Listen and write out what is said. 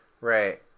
right